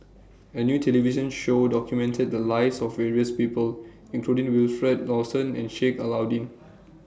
A New television Show documented The Lives of various People including Wilfed Lawson and Sheik Alau'ddin